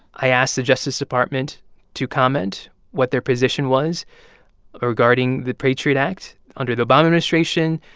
i asked the justice department to comment what their position was ah regarding the patriot act. under the obama administration,